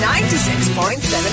96.7